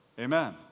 Amen